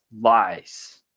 lies